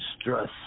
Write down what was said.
Stress